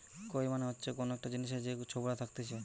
কৈর মানে হচ্ছে কোন একটা জিনিসের যে ছোবড়া থাকতিছে